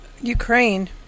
Ukraine